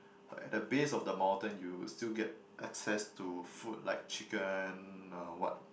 at the base of the mountain you would still get access to food like chicken or what